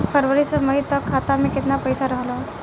फरवरी से मई तक खाता में केतना पईसा रहल ह?